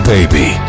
Baby